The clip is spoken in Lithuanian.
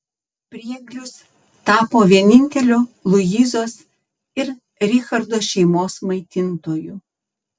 prieglius tapo vieninteliu luizos ir richardo šeimos maitintoju